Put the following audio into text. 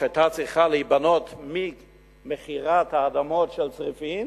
שהיתה צריכה להיבנות ממכירת האדמות של צריפין,